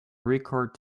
record